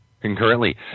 Concurrently